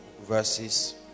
verses